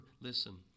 listen